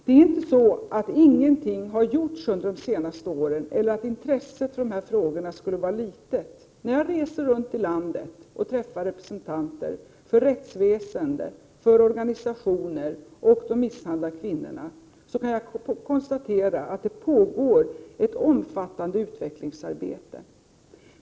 Det är inte så att ingenting har gjorts under de senaste åren eller att intresset för dessa frågor skulle vara litet. När jag reser runt i landet och träffar representanter för rättsväsende, organisationer och misshandlade kvinnor kan jag konstatera att ett omfattande utvecklingsarbete pågår.